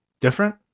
different